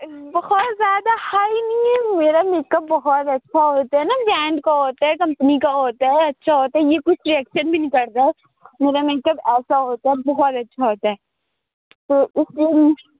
بہت زیادہ ہائی نہیں ہے میرا میک اپ بہت اچھا ہوتا ہے نا برانڈ کا ہوتا ہے کمپنی کا ہوتا ہے اچھا ہوتا ہے یہ کچھ ریئیکشن بھی نہیں کرتا ہے میرا میک اپ ایسا ہوتا ہے بہت اچھا ہوتا ہے تو اس میں بھی